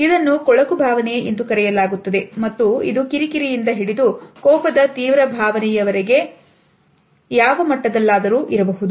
ಇದನ್ನು ಕೊಳಕು ಭಾವನೆ ಎಂದು ಕರೆಯಲಾಗುತ್ತದೆ ಮತ್ತು ಇದು ಕಿರಿಕಿರಿಯಿಂದ ಹಿಡಿದು ಕೋಪದ ತೀವ್ರ ಭಾವನೆಯ ವರೆಗೆ ಯಾವ ಮಟ್ಟದಲ್ಲಾದರೂ ಇರಬಹುದು